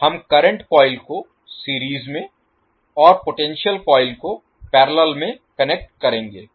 हम current coil को series में और पोटेंशियल कॉइल को पैरेलल में कनेक्ट करेंगे